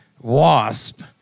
wasp